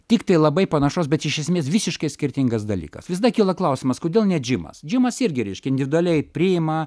tiktai labai panašos bet iš esmės visiškai skirtingas dalykas visada kyla klausimas kodėl ne džimas džimas irgi reiškia individualiai priima